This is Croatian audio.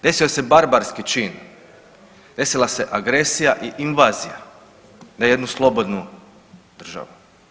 Desio se barbarski čin, desila se agresija i invazija na jednu slobodnu državu.